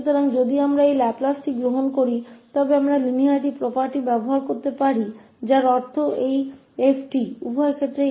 इसलिए यदि हम इस लाप्लास को लेते हैं तो हम रैखिकता गुण का उपयोग कर सकते हैं जिसका अर्थ है कि यह f𝑡 यह है